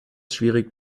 schwierig